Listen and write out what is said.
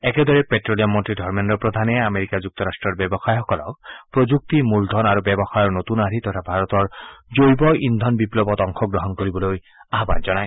একেদৰে পেট্টলিয়াম মন্ত্ৰী ধৰ্মেদ্ৰ প্ৰধানে আমেৰিকা যুক্তৰাষ্ট্ৰৰ ব্যৱসায়ীসকলক প্ৰযুক্তি মুলধন আৰু ব্যৱসায়ৰ নতুন আৰ্হি তথা ভাৰতৰ জৈৱ ইন্ধন বিপ্লৱত অংশগ্ৰহণ কৰিবলৈ আহ্বান জনায়